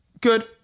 good